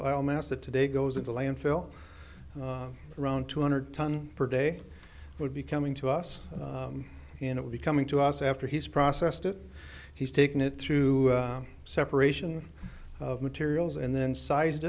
that today goes into landfill around two hundred ton per day would be coming to us and it will be coming to us after he's processed it he's taken it through separation of materials and then sized